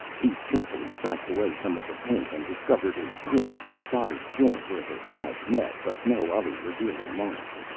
he carefully scratched away some of the paint and discovered a crimped and soldered joint where the sides met, but no other revealing marks.